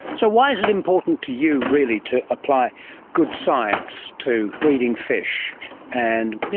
so why is it important to you really to apply good science to breeding fish and,